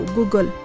Google